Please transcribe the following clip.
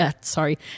sorry